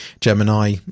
Gemini